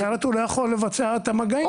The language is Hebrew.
אחרת הוא לא יכול לבצע את המגעים,